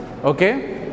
okay